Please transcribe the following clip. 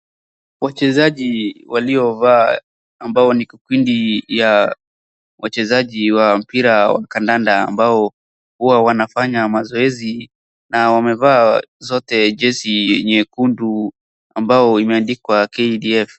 Wachezaji waliovaa ambao ni kikundi ya wachezaji wa mpira wa kandanda ambao huwa wanafanya mazoezi na wamevaa zote jezi nyekundu ambao imeandikwa KDF.